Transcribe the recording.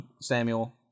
Samuel